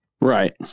Right